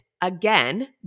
again